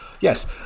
Yes